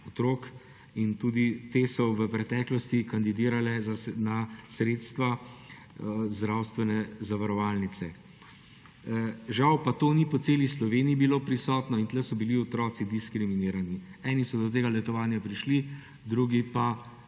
otrok, in tudi te so v preteklosti kandidirale za sredstva zdravstvene zavarovalnice. Žal pa to ni bilo prisotno po celi Sloveniji in tukaj so bili otroci diskriminirani. Eni so do tega letovanja prišli, drugim